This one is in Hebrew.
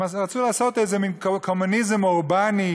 הם רצו לעשות איזה מין קומוניזם אורבני,